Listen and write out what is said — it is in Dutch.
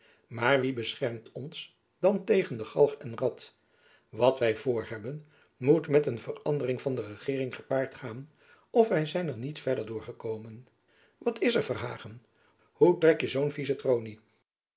maar wie beschermt ons jacob van lennep elizabeth musch dan tegen galg en rad wat wy vr hebben moet met een verandering van de regeering gepaard gaan of wy zijn er niet verder door gekomen wat is er verhagen hoe trek je zoo'n vieze tronie